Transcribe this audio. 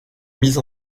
mise